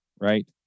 right